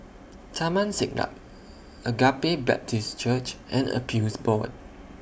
Taman Siglap Agape Baptist Church and Appeals Board